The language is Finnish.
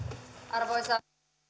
arvoisa rouva puhemies